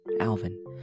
Alvin